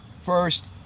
first